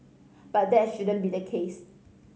but that shouldn't be the case